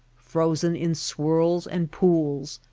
frozen in swirls and pools,